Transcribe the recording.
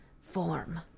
form